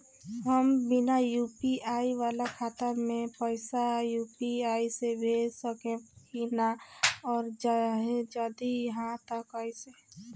हम बिना यू.पी.आई वाला खाता मे पैसा यू.पी.आई से भेज सकेम की ना और जदि हाँ त कईसे?